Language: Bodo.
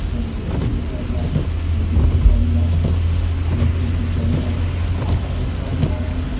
दिनै जुखाम खेथियानो जा बैग्रि खेथियानो जा जिखुनु खेथियानो जा हासार हुसार नङाबानो